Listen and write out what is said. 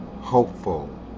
hopeful